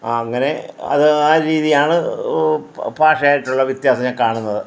അങ്ങനെ അത് ആ രീതി ആണ് ഭാഷയായിട്ടുള്ള വ്യത്യാസം ഞാൻ കാണുന്നത്